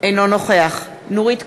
אינו נוכח נורית קורן,